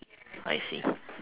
I see